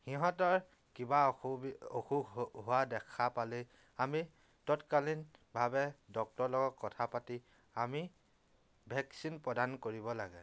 সিহঁতৰ কিবা অসুবি অসুখ হোৱা দেখা পালেই আমি তৎকালীনভাৱে ডক্টৰৰ লগত কথা পাতি আমি ভেকচিন প্ৰদান কৰিব লাগে